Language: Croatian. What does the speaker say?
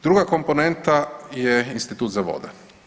Druga komponenta je Institut za vode.